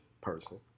person